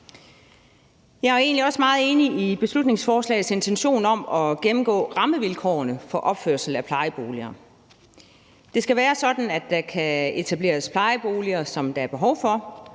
egentlig også meget enig i beslutningsforslagets intention om at gennemgå rammevilkårene for opførsel af plejeboliger. Det skal være sådan, at der kan etableres plejeboliger, som der er behov for,